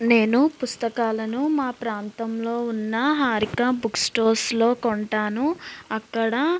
నేను పుస్తకాలను మా ప్రాంతంలో ఉన్న హారిక బుక్స్టోర్స్లో కొంటాను అక్కడ